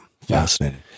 Fascinating